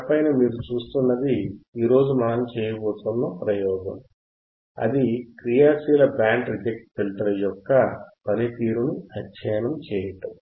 తెర పైన మీరు చూస్తున్నది ఈ రోజు మనము చేయబోతోన్న ప్రయోగము అది క్రియాశీల బ్యాండ్ రిజెక్ట్ ఫిల్టర్ యొక్క పనితీరుని అధ్యయనం చేయటము